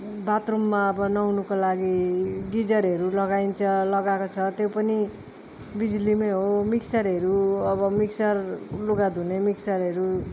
बाथरूममा अब नुहाउनुको लागि गिजरहरू लगाइन्छ लगाएको छ त्यो पनि बिजुलीमै हो मिक्सरहरू अब मिक्सर लुगा धुने मिक्सरहरू